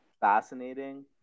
fascinating